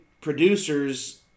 producers